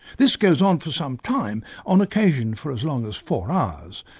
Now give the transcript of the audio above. this goes on for some time, on occasion for as long as four hours,